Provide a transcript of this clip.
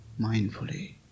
mindfully